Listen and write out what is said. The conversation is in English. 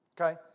Okay